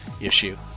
issue